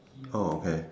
oh okay